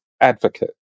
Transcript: advocate